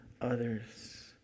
others